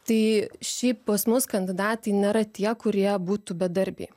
tai šiaip pas mus kandidatai nėra tie kurie būtų bedarbiai